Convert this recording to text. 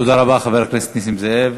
תודה רבה, חבר הכנסת נסים זאב.